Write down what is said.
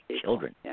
children